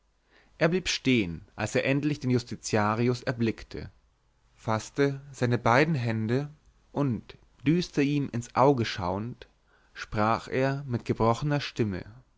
er blieb stehen als er endlich den justitiarius erblickte faßte seine beiden hände und düster ihm ins auge schauend sprach er mit gebrochener stimme